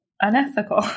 unethical